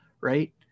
right